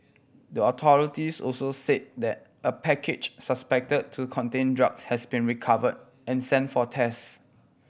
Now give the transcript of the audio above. the authorities also said that a package suspected to contain drugs had been recovered and sent for test